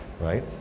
right